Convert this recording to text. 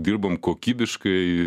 dirbam kokybiškai